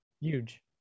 huge